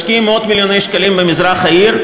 משקיעים מאות-מיליוני שקלים במזרח העיר,